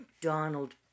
Donald